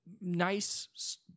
Nice